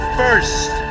first